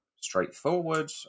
straightforward